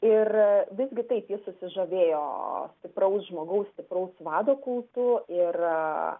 ir visgi taip jis susižavėjo stipraus žmogaus stipraus vado kultu ir